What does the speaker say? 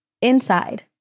inside